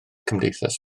cymdeithas